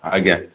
ଆଜ୍ଞା